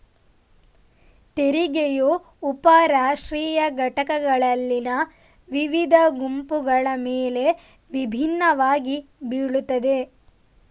ತೆರಿಗೆಯು ಉಪ ರಾಷ್ಟ್ರೀಯ ಘಟಕಗಳಲ್ಲಿನ ವಿವಿಧ ಗುಂಪುಗಳ ಮೇಲೆ ವಿಭಿನ್ನವಾಗಿ ಬೀಳುತ್ತದೆ